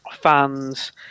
fans